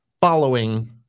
following